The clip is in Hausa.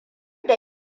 da